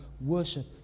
worship